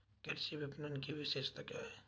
कृषि विपणन की विशेषताएं क्या हैं?